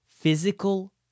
physical